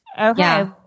Okay